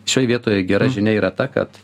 šioj vietoj gera žinia yra ta kad